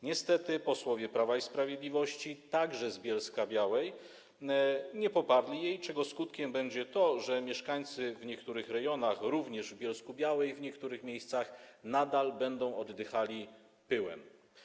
Niestety posłowie Prawa i Sprawiedliwości, także z Bielska-Białej, nie poparli jej, czego skutkiem będzie to, że mieszkańcy w niektórych rejonach, również w Bielsku-Białej, w niektórych miejscach, nadal będą oddychali pyłem.